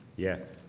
yes,